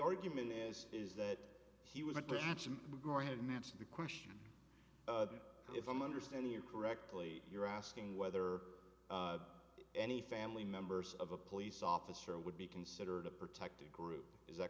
argument is is that he was attaching go ahead and answer the question if i'm understanding you correctly you're asking whether any family members of a police officer would be considered a protected group is that